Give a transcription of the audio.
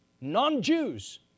non-Jews